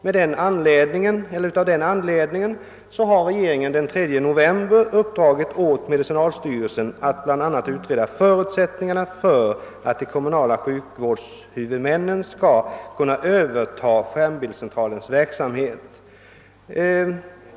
Med anledning härav uppdrog regeringen den 3 november åt medicinalstyrelsen att bl.a. utreda förutsättningarna för de kommunala sjukvårdshuvudmännen att överta skärmbildscentralens verksamhet.